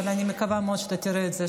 אבל אני מקווה מאוד שאתה תראה את זה.